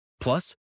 Plus